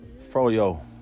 Froyo